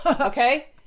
okay